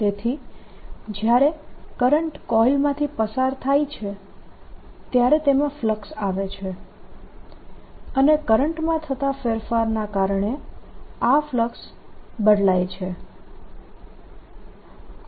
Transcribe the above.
તેથી જ્યારે current coil માંથી પસાર થાય છે ત્યારે તેમાં ફલક્સ આવે છે અને કરંટમાં થતા ફેરફારના કારણે આ ફલક્સ બદલાય છે